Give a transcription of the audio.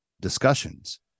discussions